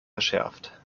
verschärft